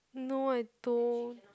no I don't